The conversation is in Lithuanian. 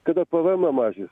kada pvmą mažys